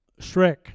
shrek